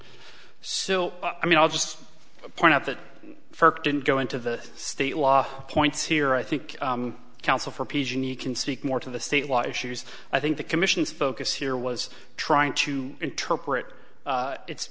so i mean i'll just point out that first didn't go into the state law points here i think counsel for ph and you can speak more to the state law issues i think the commission's focus here was trying to interpret